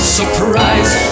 surprise